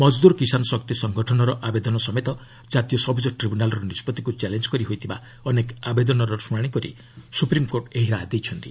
ମଜଦ୍ରର୍ କିଷାନ ଶକ୍ତି ସଙ୍ଗଠନର ଆବଦେନ ସମେତ କାତୀୟ ସବୁଜ ଟ୍ରିବ୍ୟୁନାଲର ନିଷ୍ପଭିକୁ ଚ୍ୟାଲେଞ୍ଜ କରି ହୋଇଥିବା ଅନେକ ଆବେଦନର ଶୁଣାଣି କରି ସୁପ୍ରିମ୍କୋର୍ଟ ଏହି ରାୟ ଦେଇଛନ୍ତି